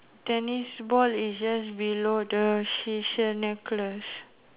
tennis ball is just below the seashell necklace